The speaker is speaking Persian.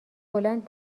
بلند